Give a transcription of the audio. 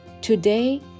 Today